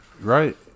right